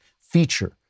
feature